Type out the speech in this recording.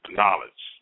knowledge